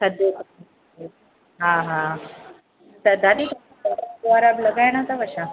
हा हा त दादी फुआरा वुआरा लॻाइणा अथव छा